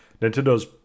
Nintendo's